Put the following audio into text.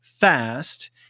fast